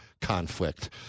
conflict